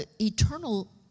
eternal